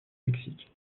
mexique